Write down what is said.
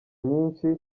nyinshi